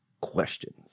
questions